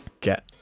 get